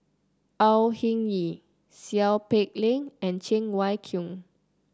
Au Hing Yee Seow Peck Leng and Cheng Wai Keung